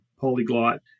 polyglot